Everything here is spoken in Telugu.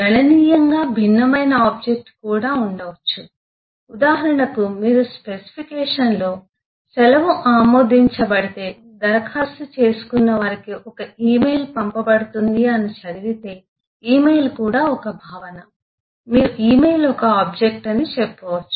గణనీయంగా భిన్నమైన ఆబ్జెక్ట్ కూడా ఉండవచ్చు ఉదాహరణకు మీరు స్పెసిఫికేషన్లో సెలవు ఆమోదించబడితే దరఖాస్తు చేసుకున్నవారికి ఒక ఇమెయిల్ పంపబడుతుంది అని చదివితే ఇమెయిల్ కూడా ఒక భావన మీరు ఇమెయిల్ ఒక ఆబ్జెక్ట్ అని చెప్పవచ్చు